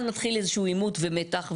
ואז מתחיל איזשהו עימות ומתח,